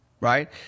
right